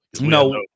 No